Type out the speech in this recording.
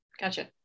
Gotcha